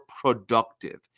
productive